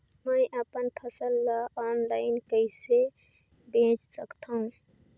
मैं अपन फसल ल ऑनलाइन कइसे बेच सकथव?